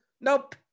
Nope